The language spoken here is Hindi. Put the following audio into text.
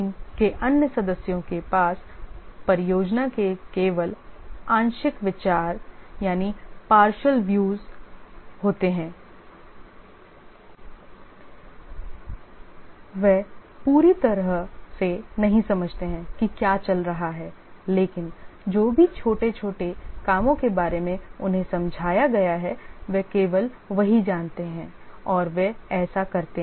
टीम के अन्य सदस्यों के पास परियोजना के केवल आंशिक विचार होते हैं वे पूरी तरह से नहीं समझते हैं कि क्या चल रहा है लेकिन जो भी छोटे छोटे कामों के बारे में उन्हें समझाया गया है वे केवल वही जानते हैं और वे ऐसा करते हैं